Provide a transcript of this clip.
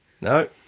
No